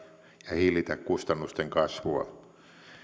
ja hillitä kustannusten kasvua